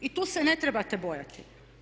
I tu se ne trebate bojati.